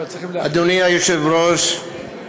אדוני היושב-ראש,